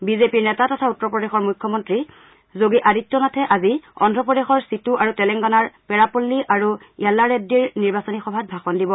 BJP নেতা তথা উত্তৰপ্ৰদেশৰ মুখ্যমন্ত্ৰী যোগী আদিত্য নাথে আজি অন্ধ্ৰপ্ৰদেশৰ চিতু আৰু তেলেংগানাৰ পেড়াপল্লি আৰু য়াল্লাৰেড্ডীৰ নিৰ্বাচনী সভাত ভাষণ দিব